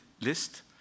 list